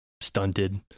stunted